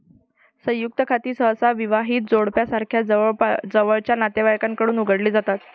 संयुक्त खाती सहसा विवाहित जोडप्यासारख्या जवळच्या नातेवाईकांकडून उघडली जातात